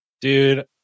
Dude